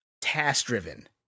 Task-driven